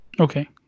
Okay